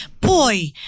boy